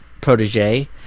protege